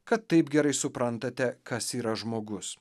kad taip gerai suprantate kas yra žmogus